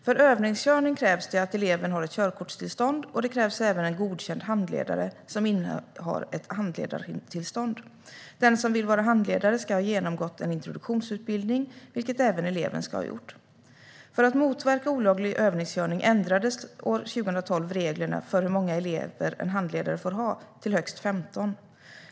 För övningskörning krävs det att eleven har ett körkortstillstånd, och det krävs även en godkänd handledare som innehar ett handledartillstånd. Den som vill vara handledare ska ha genomgått en introduktionsutbildning, vilket även eleven ska ha gjort. För att motverka olaglig övningskörning ändrade man år 2012 reglerna för hur många elever en handledare får ha till högst 15.